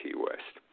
T-West